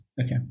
Okay